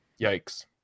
Yikes